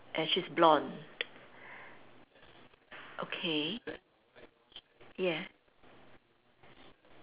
and she's blond okay yeah